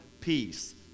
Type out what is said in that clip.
peace